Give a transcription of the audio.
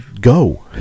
Go